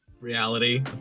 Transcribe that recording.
reality